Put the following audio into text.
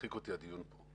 מצחיק אותי הדיון פה.